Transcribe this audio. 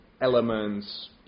elements